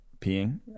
peeing